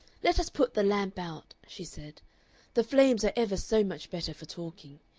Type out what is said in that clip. let us put the lamp out, she said the flames are ever so much better for talking,